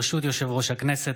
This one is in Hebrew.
ברשות יושב-ראש הכנסת,